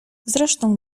zresztą